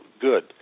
good